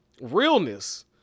realness